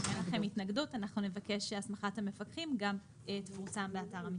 אם אין לכם התנגדות אנחנו נבקש שהסמכת המפקחים גם תפורסם באתר המשרד.